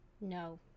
no